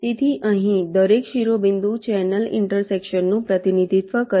તેથી અહીં દરેક શિરોબિંદુ ચેનલ ઈન્ટરસેક્શનનું પ્રતિનિધિત્વ કરે છે